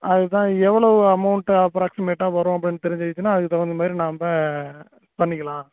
அதுதான் எவ்வளோவு அமௌண்ட் அப்ராக்ஸிமேட்டாக வரும் அப்படின்னு தெரிஞ்சுக்கிச்சினால் அதுக்கு தகுந்தமாரி நாம் பண்ணிக்கலாம்